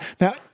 now